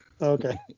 Okay